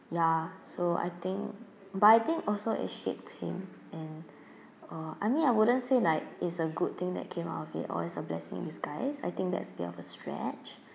ya so I think but I think also it shaped him and uh I mean I wouldn't say like it's a good thing that came out of it or it's a blessing in disguise I think that's a bit of a stretch